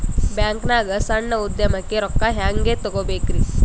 ಬ್ಯಾಂಕ್ನಾಗ ಸಣ್ಣ ಉದ್ಯಮಕ್ಕೆ ರೊಕ್ಕ ಹೆಂಗೆ ತಗೋಬೇಕ್ರಿ?